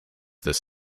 this